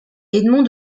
edmond